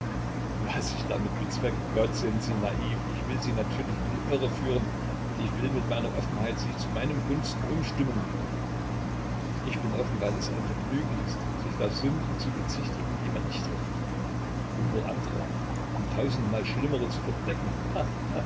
was ich damit bezwecke gott sind sie naiv ich will sie natürlich in die irre führen ich will mit meiner offenheit sie zu meinen gunsten umstimmen ich bin offen weil es ein vergnügen ist sich der sünden zu bezichtigen die man nicht hat um nur andere und tausendmal schlimmere zu verdecken